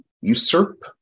usurp